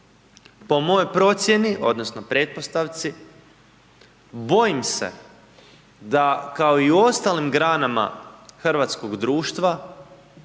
Po mojoj procjeni odnosno pretpostavci bojim se da kao i u ostalim granama hrvatskog društva